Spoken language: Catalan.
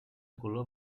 color